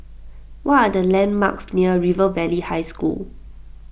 what are the landmarks near River Valley High School